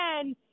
again